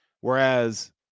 whereas